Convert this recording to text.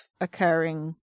occurring